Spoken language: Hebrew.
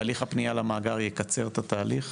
והליך הפניה למאגר יקצר את התהליך,